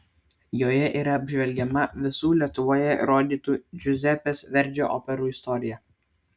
joje yra apžvelgiama visų lietuvoje rodytų džiuzepės verdžio operų istorija